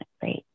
great